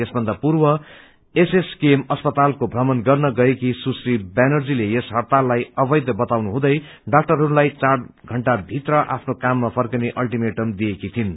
यसभन्दा पूर्व एमएसकेएम अस्पतालको भ्रमण गर्न गएकी सुश्री ब्यानर्जीले यस हड़ताललाई अवैध बताउनुहुँदै डाक्टरहरूलाई चार घण्टा भित्र आफ्नो काममा र्फकिने अल्टीमेटम दिएकी थिइन्